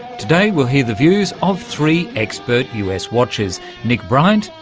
today we'll hear the views of three expert us watchers nick bryant,